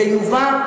זה מובן.